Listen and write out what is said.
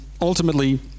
ultimately